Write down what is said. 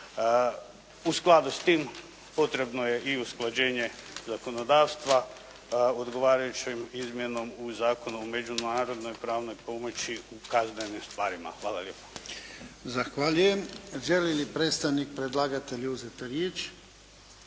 U skladu s tim potrebno je i usklađenje zakonodavstva odgovarajućom izmjenom u Zakonu o međunarodnoj pravnoj pomoći u kaznenim stvarima. Hvala lijepa. **Jarnjak, Ivan (HDZ)** Zahvaljujem. Želi li predstavnik predlagatelja uzeti riječ?